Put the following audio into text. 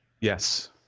Yes